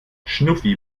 schnuffi